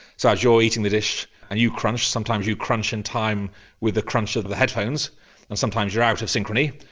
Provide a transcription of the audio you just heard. so as you are eating the dish and you crunch, sometimes you crunch in time with the crunch of the headphones and sometimes you're out of synchrony,